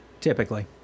Typically